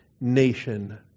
nation